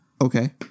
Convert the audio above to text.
Okay